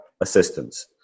assistance